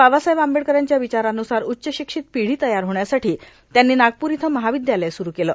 बाबासाहेब आंबेडकरांच्या विचारानुसार उच्चशिक्षीत पिढी तयार होण्यासाठी त्यांनी नागपूर इथं महाविद्यालय स्रू केले